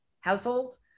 household